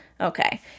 Okay